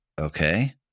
okay